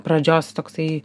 pradžios toksai